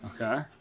Okay